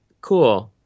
Cool